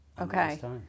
Okay